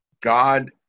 God